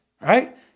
right